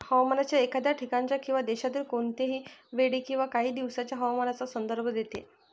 हवामान एखाद्या ठिकाणाच्या किंवा देशातील कोणत्याही वेळी किंवा काही दिवसांच्या हवामानाचा संदर्भ देते